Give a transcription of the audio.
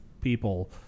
people